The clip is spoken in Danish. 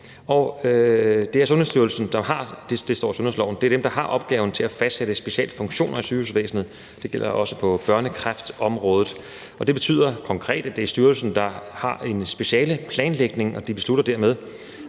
Det er Sundhedsstyrelsen, der har opgaven med at fastsætte specialfunktioner i sygehusvæsenet – det står i sundhedsloven – og det gælder også på børnekræftområdet. Det betyder konkret, at det er styrelsen, der har en specialeplanlægning, og de beslutter dermed,